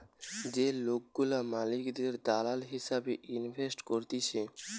যে লোকগুলা মালিকের দালাল হিসেবে ইনভেস্ট করতিছে